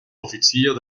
offizier